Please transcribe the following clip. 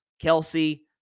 Kelsey